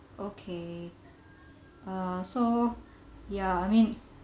okay uh so ya I mean